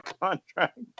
contract